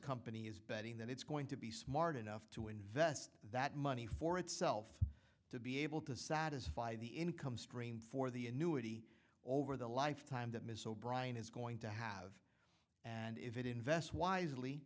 company is betting that it's going to be smart enough to invest that money for itself to be able to satisfy the income stream for the annuity over the lifetime that ms o'brien is going to have and if it invest wisely